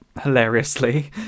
hilariously